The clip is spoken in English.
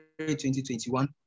2021